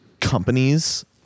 companies